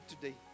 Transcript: today